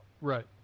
right